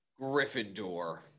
gryffindor